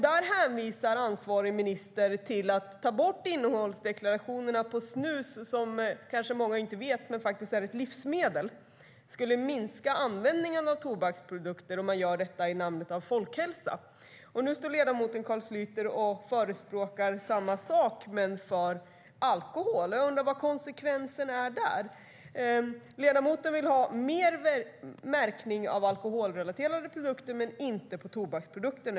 Där hänvisar ansvarig minister till att ett borttagande av innehållsdeklarationerna för snus - det är faktiskt ett livsmedel, vilket många kanske inte vet - skulle minska användningen av tobaksprodukter, i folkhälsans namn. Nu står ledamoten Carl Schlyter och förespråkar samma sak men för alkohol. Jag undrar vad konsekvensen är där. Ledamoten vill ha mer märkning av alkoholrelaterade produkter men inte av tobaksprodukter.